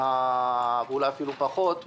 ואולי אפילו פחות,